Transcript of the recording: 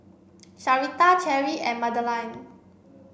Sherita Cherrie and Madelene